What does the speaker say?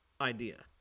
idea